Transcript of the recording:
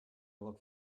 look